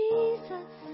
Jesus